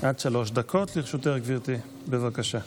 עד שלוש דקות לרשותך, גברתי, בבקשה.